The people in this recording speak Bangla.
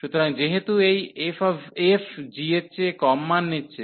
সুতরাং যেহেতু এই f g এর চেয়ে কম মান নিচ্ছে